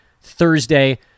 Thursday